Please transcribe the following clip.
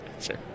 Sure